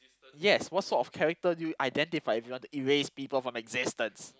yes what sort of character you identify if you want to erase people from existence